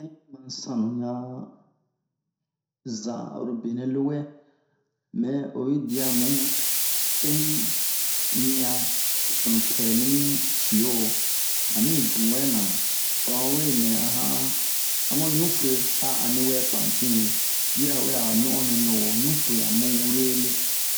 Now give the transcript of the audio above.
Pɛɲi ma sanu yan zan oro benɛ lowɛ mɛ oyi dia mu pɛɲi ɲian sunupɛ mimi cio han mi dun wɛ na twa yan we nɛ a han amu ɲufe a ani wɛ pantine yirawe a no'on nɛ mi ho ɲufe a mu wure le